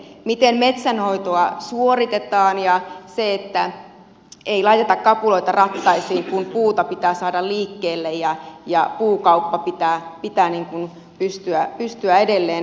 miten metsänhoitoa suoritetaan ja se että ei laiteta kapuloita rattaisiin kun puuta pitää saada liikkeelle ja puukaupan pitää pystyä edelleen kannattamaan